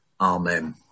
amen